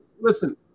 Listen